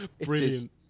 brilliant